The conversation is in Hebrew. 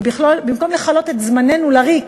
ובמקום לכלות את זמננו לריק